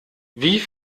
wie